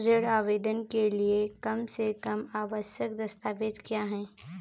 ऋण आवेदन के लिए कम से कम आवश्यक दस्तावेज़ क्या हैं?